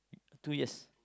two years